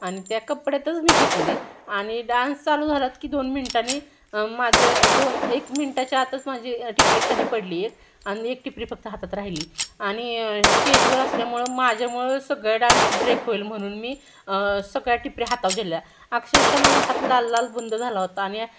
आणि त्या कपड्यातच मी गुंतले आणि डान्स चालू झाला तर की दोन मिनटांनी माझं दोन एक मिनटाच्या आतच माझी टिपरी खाली पडली एक आणि एक टिपरी फक्त हातात राहिली आणि स्टेजवर असल्यामुळं माझ्यामुळं सगळा डान्स ब्रेक होईल म्हणून मी सगळ्या टिपऱ्या हातावर झेलल्या अक्षरशः माझा हात लाल लालबुंद झाला होता आणि